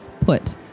put